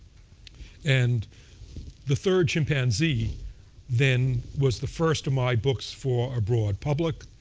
and the third chimpanzee then was the first of my books for a broad public.